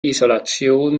isolation